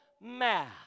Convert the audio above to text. math